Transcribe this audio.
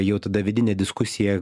jau tada vidinė diskusija